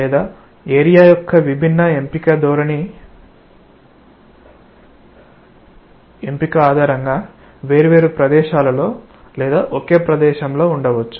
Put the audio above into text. లేదా ఏరియా యొక్క విభిన్న ఎంపిక ధోరణి ఎంపిక ఆధారంగా వేర్వేరు ప్రదేశాలలో లేదా ఒకే ప్రదేశంలో ఉండవచ్చు